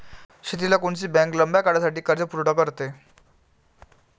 शेतीले कोनची बँक लंब्या काळासाठी कर्जपुरवठा करते?